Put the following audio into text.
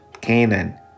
Canaan